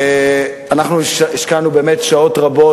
אנחנו השקענו באמת שעות רבות,